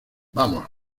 vamos